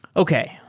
okay.